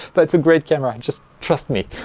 but it's a great camera and just trust me!